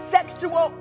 Sexual